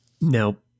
Nope